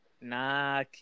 Nah